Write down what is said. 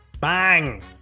Bang